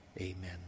Amen